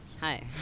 Hi